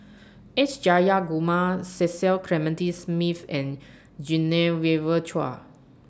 S Jayakumar Cecil Clementi Smith and Genevieve Chua